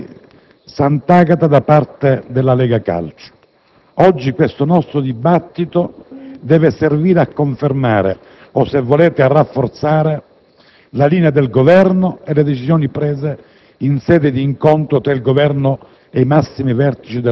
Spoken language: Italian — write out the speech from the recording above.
del contesto complessivo, della concomitante festività in onore di Sant'Agata, da parte della Lega calcio. Oggi il nostro dibattito deve servire a confermare, o se volete a rafforzare,